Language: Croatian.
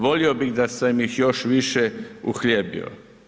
Volio bih da sam ih još više uhljebio.